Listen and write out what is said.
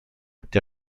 der